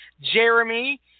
Jeremy